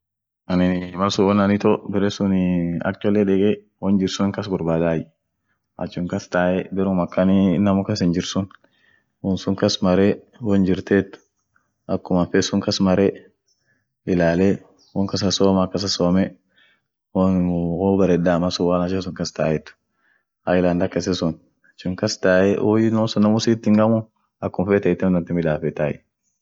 Japan nineni ada ishian biria ada dursanii gamachua lazima gamada iyo heshimane hifedeni amineni grupuneni wogafete wonwolba wolbarsiseni akii namwolba. shida isa tatuamtu aminenii wonii dunianeni mayeden nature nenii wo heshima isa itkanenu yedeni iyo soma iyo dinineni dini.ishianii ishin tuzimif iyo bujizim yeden